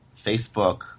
Facebook